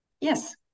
yes